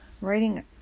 writing